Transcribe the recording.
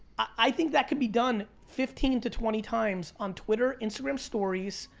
i think that could be done fifteen to twenty times on twitter, instagram stories,